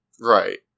Right